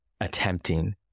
attempting